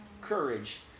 courage